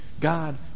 God